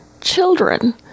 children